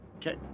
Okay